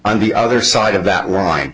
on the other side of that line